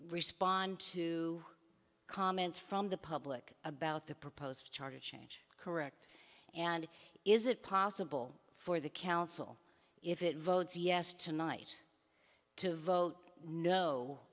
respond to comments from the public about the proposed charter change correct and is it possible for the council if it votes yes tonight to vote no